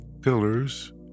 pillars